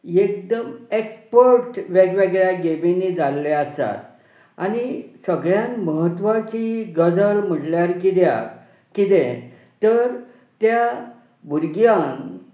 एकदम एक्सपर्ट वेगवेगळ्या गेमींनी जाल्ले आसात आनी सगळ्यान महत्वाची गजाल म्हटल्यार किद्याक किदें तर त्या भुरग्यांक